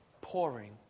pouring